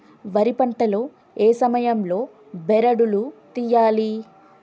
వరి పంట లో ఏ సమయం లో బెరడు లు తియ్యాలి?